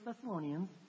Thessalonians